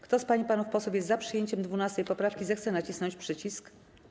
Kto z pań panów posłów jest za przyjęciem 12. poprawki, zechce nacisnąć przycisk.